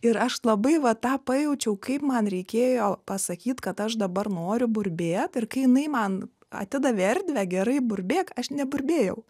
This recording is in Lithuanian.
ir aš labai va tą pajaučiau kaip man reikėjo pasakyt kad aš dabar noriu burbėt ir kai jinai man atidavė erdvę gerai burbėk aš neburbėjau